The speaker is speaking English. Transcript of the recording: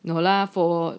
no lah for